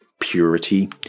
purity